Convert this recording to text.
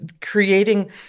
creating